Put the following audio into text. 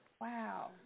Wow